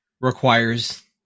requires